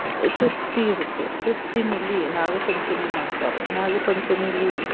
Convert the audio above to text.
ಷಷ್ಠಿ ಇರುತ್ತೆ ಷಷ್ಠಿಯಲ್ಲಿ ನಾಗ ಪಂಚಮಿ ಮಾಡ್ತಾರೆ ನಾಗ ಪಂಚಮಿಲಿ